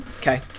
Okay